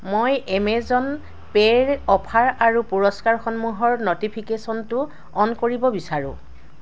মই এমেজন পে'ৰ অফাৰ আৰু পুৰস্কাৰসমূহৰ ন'টিফিকেশ্যনটো অ'ন কৰিব বিচাৰোঁ